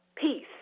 Peace